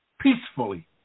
peacefully